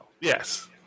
Yes